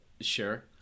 Sure